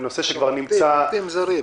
עובדים, עובדים זרים.